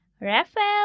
Raphael